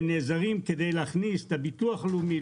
הם נעזרים בדואר כדי להוציא את כספי הביטוח הלאומי.